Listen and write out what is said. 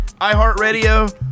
iHeartRadio